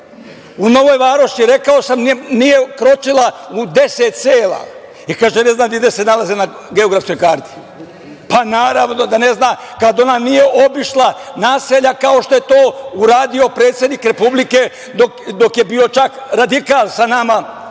U Novoj Varoši, rekao sam, nije kročila u 10 sela i kaže da ne zna ni gde se nalaze na geografskoj karti. Naravno da ne zna kad ona nije obišla naselja kao što je to uradio predsednik Republike dok je bio čak radikal sa nama.